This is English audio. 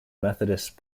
methodist